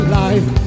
life